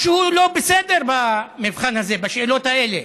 משהו לא בסדר במבחן הזה, בשאלות האלה.